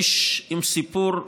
זה איש עם סיפור מדהים: